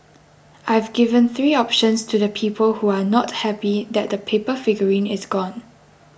I've given three options to the people who are not happy that the paper figurine is gone